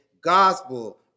gospel